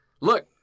Look